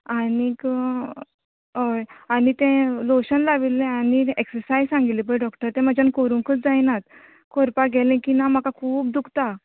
आनीक तें लॉशन लायिल्लें आनी एक्सरसायज सांगील्ली पय डॉ ते म्हाज्यान करूंकच जायनात करपाक गेले की न्हा म्हाका खूब दुखता